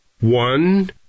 One